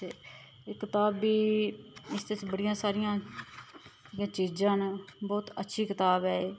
ते एह् कताब बी इस च बड़ियां सारियां चीजां न बोह्त अच्छी कताब ऐ एह्